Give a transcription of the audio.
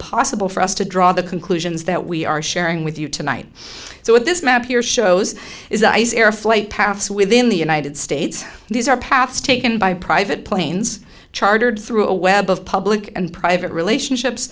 possible for us to draw the conclusions that we are sharing with you tonight so what this map here shows is ice air flight paths within the united states these are paths taken by private planes chartered through a web of public and private relationships